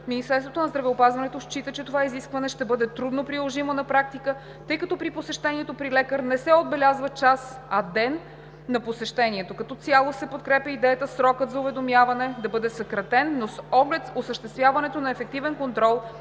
Министерството на здравеопазването счита, че това изискване ще бъде трудно приложимо на практика, тъй като при посещението при лекар не се отбелязва час, а ден на посещението. Като цяло се подкрепя идеята срокът за уведомяване да бъде съкратен, но с оглед осъществяването на ефективен контрол